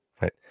Right